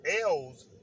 L's